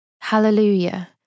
Hallelujah